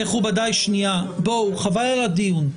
מכובדיי, חבל על הדיון.